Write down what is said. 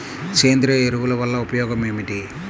సేంద్రీయ ఎరువుల వల్ల ఉపయోగమేమిటీ?